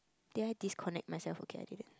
did I disconnect myself okay I didn't